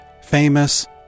famous